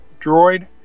droid